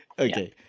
Okay